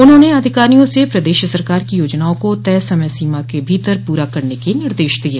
उन्होंने अधिकारियों से प्रदेश सरकार की योजनाओं को तय समय सीमा के भीतर पूरा करने के निर्देश दिये